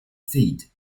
feed